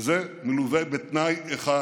וזה מלווה בתנאי אחד,